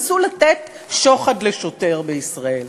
נסו לתת שוחד לשוטר בישראל,